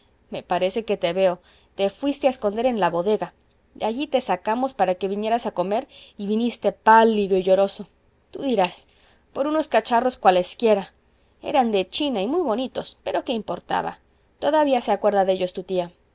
me parece que te veo te fuiste a esconder en la bodega de allí te sacamos para que vinieras a comer y viniste pálido y lloroso tú dirás por unos cacharros cualesquiera eran de china y muy bonitos pero qué importaba todavía se acuerda de ellos tu tía